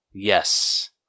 Yes